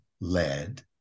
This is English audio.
led